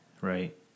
Right